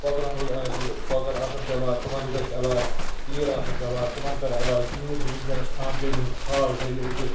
کۄکرَن ہُنٛد آسہِ کۄکَر آسَن بٮ۪مار تِمَن گژھِ علاج تیٖر آسَن بٮ۪مار تِمَن تہِ گژھِ علاج تیٖر آسَن بٮ۪مار تِمَن کَران علاج تیٖر چھِ وٕنکٮ۪نَس آمدٔنی ہُنٛد خاص ذٔریعہِ أکِس